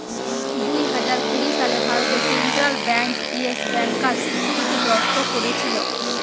দুই হাজার কুড়ি সালে ভারতে সেন্ট্রাল বেঙ্ক ইয়েস ব্যাংকার সিকিউরিটি গ্রস্ত কোরেছিল